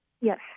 Yes